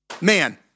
Man